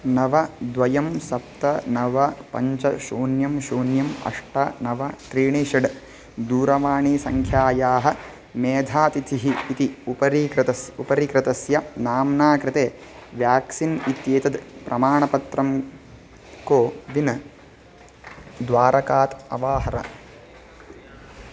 नव द्वे सप्त नव पञ्च शून्यं शून्यम् अष्ट नव त्रीणि षट् दूरवाणीसङ्ख्यायाः मेधातिथिः इति उपकृतः उपकृतस्य नाम्ना कृते व्याक्सीन् इत्येतत् प्रमाणपत्रं कोविन् द्वारकात् अवाहर